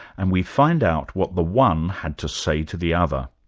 and we find out what the one had to say to the other.